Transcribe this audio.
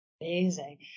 Amazing